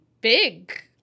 big